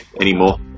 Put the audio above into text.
anymore